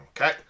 Okay